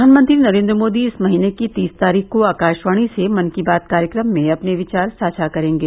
प्रधानमंत्री नरेन्द्र मोदी इस महीने की तीस तारीख को आकाशवाणी से मन की बात कार्यक्रम में अपने विचार साझा करेंगे